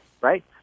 right